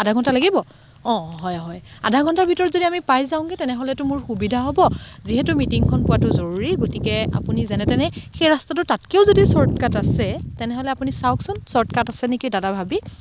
আধা ঘণ্টা লাগিব অঁ হয় হয় আধা ঘণ্টাৰ ভিতৰত যদি আমি পাই যাওঁংগে তেনেহ'লেতো মোৰ সুবিধা হ'ব যিহেতু মিটিংখন পোৱাটো জৰুৰী গতিকে আপুনি যেনে তেনে সেই ৰাস্তাটো তাতকেও যদি চৰ্টকাট আছে তেনেহ'লে আপুনি চাওকচোন চৰ্টকাট আছে নেকি দাদা ভাবি